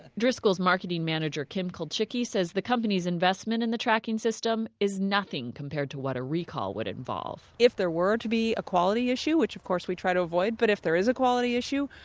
driscoll's marketing manager kim kulchycki says the company's investment in the tracking system is nothing compared to what a recall would involve. if there were to be a quality issue which of course we try to avoid but if there is a quality issue,